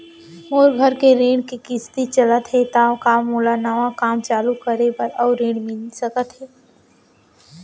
मोर घर के ऋण के किसती चलत हे ता का मोला नवा काम चालू करे बर अऊ ऋण मिलिस सकत हे?